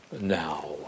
now